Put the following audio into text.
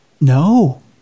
No